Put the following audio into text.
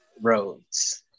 roads